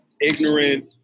ignorant